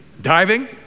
diving